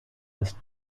das